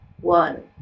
one